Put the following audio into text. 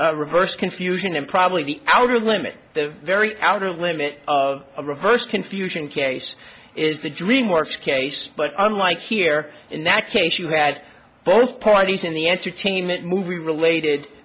claiming reverse confusion and probably the outer limit the very outer limit of a reverse confusion case is the dream works case but unlike here in that case you had both parties in the entertainment movie related